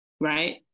right